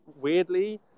weirdly